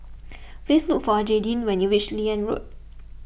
please look for Jadyn when you reach Liane Road